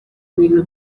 bintu